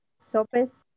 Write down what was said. sopes